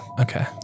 Okay